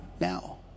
now